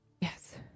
Yes